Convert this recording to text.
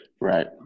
Right